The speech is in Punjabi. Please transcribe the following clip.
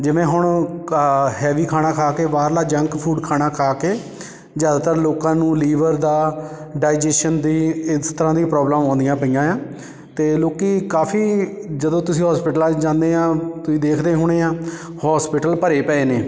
ਜਿਵੇਂ ਹੁਣ ਕ ਹੈਵੀ ਖਾਣਾ ਖਾ ਕੇ ਬਾਹਰਲਾ ਜੰਕ ਫੂਡ ਖਾਣਾ ਖਾ ਕੇ ਜ਼ਿਆਦਾਤਰ ਲੋਕਾਂ ਨੂੰ ਲੀਵਰ ਦਾ ਡਾਈਜੇਸ਼ਨ ਦੇ ਇਸ ਤਰ੍ਹਾਂ ਦੀ ਪ੍ਰੋਬਲਮ ਆਉਂਦੀਆਂ ਪਈਆਂ ਹੈ ਅਤੇ ਲੋਕ ਕਾਫੀ ਜਦੋਂ ਤੁਸੀਂ ਹੋਸਪਿਟਲਾਂ 'ਚ ਜਾਂਦੇ ਹਾਂ ਤੁਸੀਂ ਦੇਖਦੇ ਹੋਣੇ ਆ ਹੋਸਪਿਟਲ ਭਰੇ ਪਏ ਨੇ